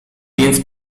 więc